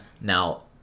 Now